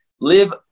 live